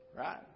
Right